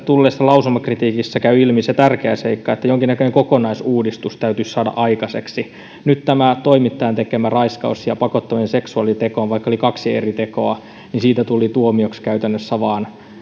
tulleesta lausumakritiikistä käy ilmi se tärkeä seikka että jonkinnäköinen kokonaisuudistus täytyisi saada aikaiseksi nyt tästä toimittajan tekemästä raiskauksesta ja pakottamisesta seksuaalitekoon vaikka oli kaksi eri tekoa tuli tuomioksi käytännössä vain